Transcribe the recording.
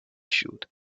shoot